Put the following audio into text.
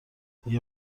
اگه